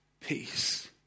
Peace